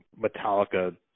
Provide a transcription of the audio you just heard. Metallica